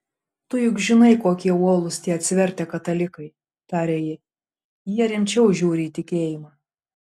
tu juk žinai kokie uolūs tie atsivertę katalikai tarė ji jie rimčiau žiūri į tikėjimą